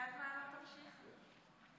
ליד מעלות-תרשיחא.